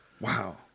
Wow